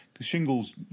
Shingles